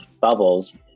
bubbles